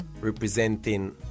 representing